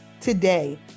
today